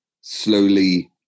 slowly